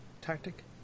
tactic